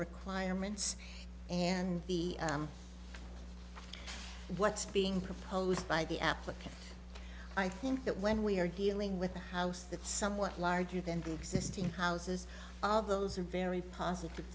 requirements and the what's being proposed by the applicant i think that when we are dealing with a house that somewhat larger than the existing houses all of those are very positive